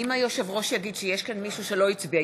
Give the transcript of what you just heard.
יש אפשרות הצבעה בעוד סיבוב?